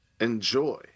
enjoy